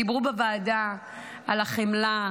דיברו בוועדה על החמלה,